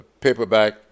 paperback